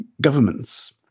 governments